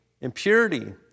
impurity